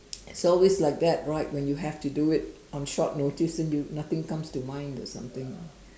it's always like that right when you have to do it on short notice and you nothing comes to mind or something